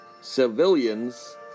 civilians